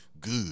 good